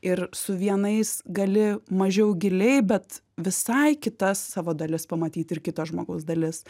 ir su vienais gali mažiau giliai bet visai kitas savo dalis pamatyti ir kito žmogaus dalis